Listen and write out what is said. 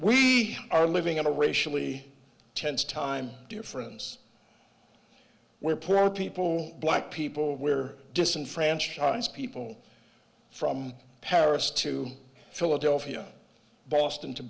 we are living in a racially tense time difference where poor people black people where disenfranchised people from paris to philadelphia boston to